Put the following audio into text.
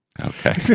Okay